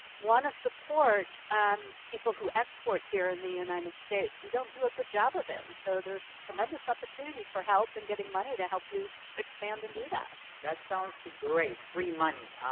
wanna support people who export here in the united states. we don't do a good job of it. and so there's tremendous opportunity for help and getting money to help you expand and do that. that sounds so great, free money,